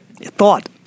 thought